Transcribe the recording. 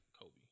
Kobe